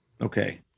Okay